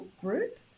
group